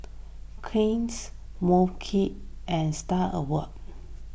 Cliniques and Star Awards